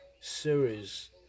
series